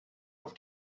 auf